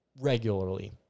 regularly